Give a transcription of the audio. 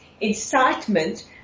incitement